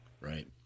Right